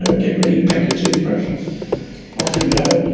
and get ready, pack your toothbrush, and off you go.